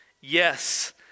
yes